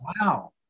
wow